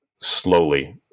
slowly